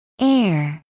air